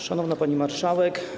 Szanowna Pani Marszałek!